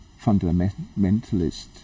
fundamentalist